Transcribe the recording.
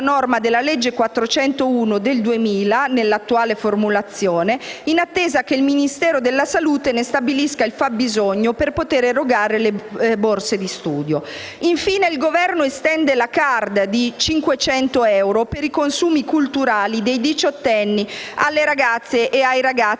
norma della legge n. 401 del 2000 nell'attuale formulazione, in attesa che il Ministero della salute ne stabilisca il fabbisogno per poter erogare le borse di studio. Infine, il Governo estende la *card* di 500 euro per i consumi culturali dei diciottenni alle ragazze e ai ragazzi